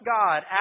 God